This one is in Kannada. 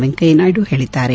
ವೆಂಕಯ್ಯನಾಯ್ದು ಹೇಳಿದ್ದಾರೆ